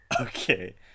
Okay